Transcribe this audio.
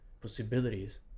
possibilities